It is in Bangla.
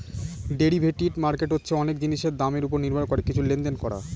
ডেরিভেটিভ মার্কেট হচ্ছে অনেক জিনিসের দামের ওপর নির্ভর করে কিছু লেনদেন করা